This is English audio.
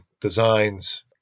designs